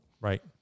Right